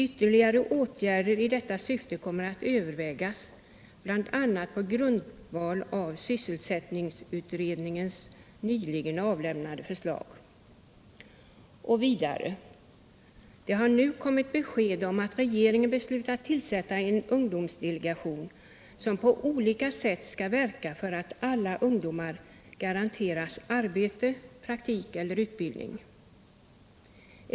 Ytterligare åtgärder i detta syfte kommer att övervägas, bl.a. på grundval av sysselsättningsutredningens nyligen avlämnade förslag. Det har nu kommit besked om att regeringen beslutat tillsätta en ungdomsdelegation som på olika sätt skall verka för att alla ungdomar garanteras arbete, praktik eller utbildning.